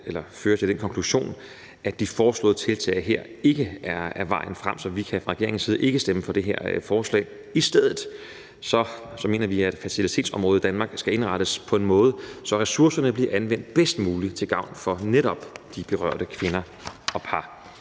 fører til den konklusion, at de foreslåede tiltag her ikke er vejen frem, så vi kan fra regeringens side ikke stemme for det her forslag, men i stedet mener vi, at fertilitetsområdet i Danmark skal indrettes på en måde, så ressourcerne bliver anvendt bedst muligt til gavn for netop de berørte kvinder og par,